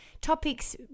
Topics